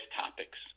topics